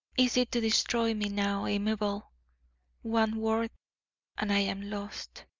easy to destroy me now, amabel. one word and i am lost!